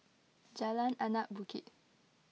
Jalan Anak Bukit